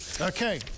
okay